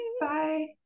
Bye